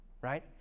right